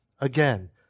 Again